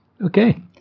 Okay